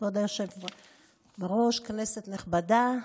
כבוד היושב בראש, כנסת נכבדה,